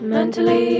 Mentally